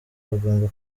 bagomba